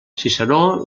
ciceró